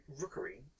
Rookery